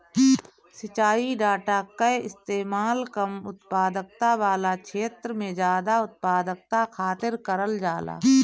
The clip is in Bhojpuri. सिंचाई डाटा कअ इस्तेमाल कम उत्पादकता वाला छेत्र में जादा उत्पादकता खातिर करल जाला